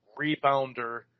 rebounder